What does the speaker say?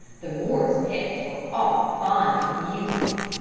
the morris pets were all fond of music.